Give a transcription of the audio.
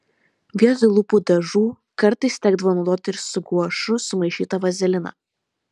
vietoj lūpų dažų kartais tekdavo naudoti ir su guašu sumaišytą vazeliną